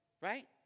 Right